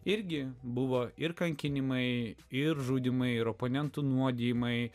irgi buvo ir kankinimai ir žudymai ir oponentų nuodijimai